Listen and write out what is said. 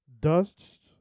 Dust